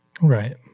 Right